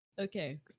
Okay